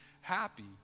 happy